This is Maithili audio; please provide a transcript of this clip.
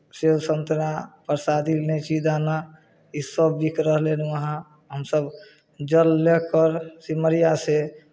सेब संतरा प्रसादी इलायची दाना ईसभ बिक रहलै वहाँ हमसभ जल लऽ कऽ सिमरियासँ